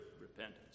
repentance